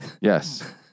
Yes